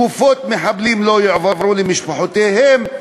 גופות מחבלים לא יועברו למשפחותיהם,